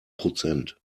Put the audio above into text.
prozent